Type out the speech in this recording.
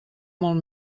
molt